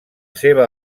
seva